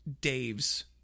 Dave's